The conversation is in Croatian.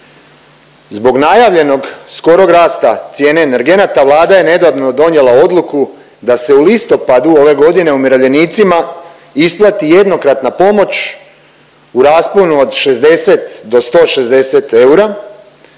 Zbog najavljenog skorog rasta cijene energenata, Vlada je nedavno donijela odluku da se u listopadu ove godine umirovljenicima isplati jednokratna pomoć u rasponu od 60 do 160 eura,